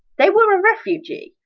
they were a refugee.